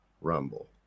Rumble